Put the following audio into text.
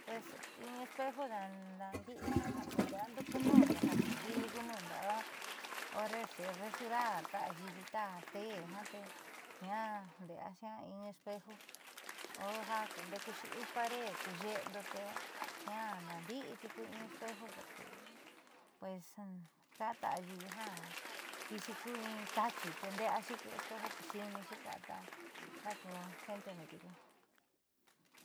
Pues in espejo naandi'i ja kuunde'eando ku nuundo ja ku vili ku nuundo o horre xerasurarta ayiivi taja tee ja te njiaa nde'eaxi jiaa in espeju o ja kuunde'e kuxi in pared ku ye'endo te jiaa naandi'i tiuku in espeju porque pues ka'an ta ayiivi ja ki'ixi ku in taachi nde'eaxi ku espeju te xi'inuxi ka'a ta ku gentendo tiuku.